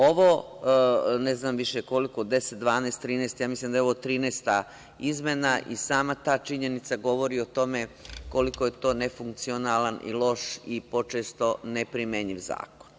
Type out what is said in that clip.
Ovo, ne znam više koliko, 10, 12, 13, mislim da je ovo 13 izmena i sama ta činjenica govori o tome koliko je to nefunkcionalan i loš i počesto neprimenjiv zakon.